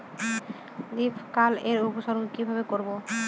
Leaf curl এর উপসর্গ কিভাবে করব?